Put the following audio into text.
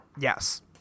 Yes